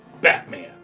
Batman